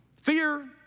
Fear